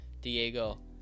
Diego